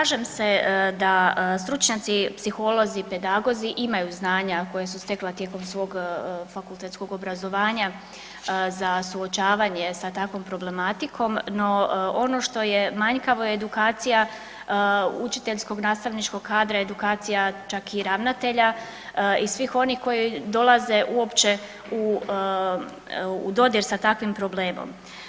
Slažem se da stručnjaci, psiholozi, pedagozi imaju znanja koja su stekla tijekom svog fakultetskog obrazovanja za suočavanje sa takvom problematikom no ono što je manjkavo je edukacija učiteljskog, nastavničkog kadra, edukacija čak i ravnatelja i svih onih koji dolaze uopće u dodir sa takvim problemom.